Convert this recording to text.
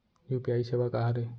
UPI सेवा का हरे?